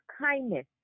kindness